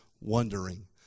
wondering